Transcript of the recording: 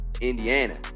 Indiana